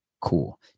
Cool